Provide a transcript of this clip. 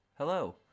hello